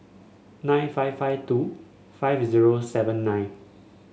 nine five five two five zero seven nine